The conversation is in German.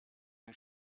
den